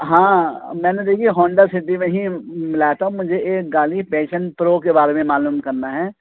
ہاں میں نے دیکھی ہونڈا سٹی میں ہی ملا تھا مجھے ایک گاڑی پیشن پرو کے بارے میں معلوم کرنا ہے